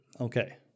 Okay